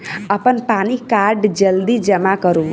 अप्पन PAN card जल्दी जमा करू?